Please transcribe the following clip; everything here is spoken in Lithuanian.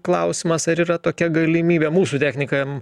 klausimas ar yra tokia galimybė mūsų technikam